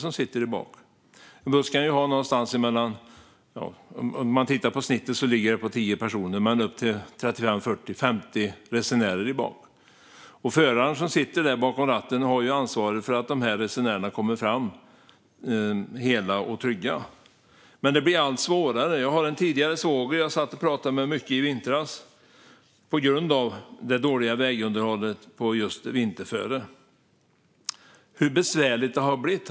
I genomsnitt har en buss 10 resenärer, men det kan vara upp till 50 resenärer. Föraren, som sitter bakom ratten, har ansvar för att resenärerna kommer fram hela och trygga. Men det blir allt svårare. Jag har en tidigare svåger som jag satt och pratade med mycket i vintras på grund av det dåliga vägunderhållet. Det gällde just vinterföret och hur besvärligt det har blivit.